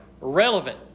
relevant